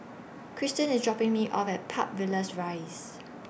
Christen IS dropping Me off At Park Villas Rise